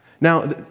Now